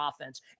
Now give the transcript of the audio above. offense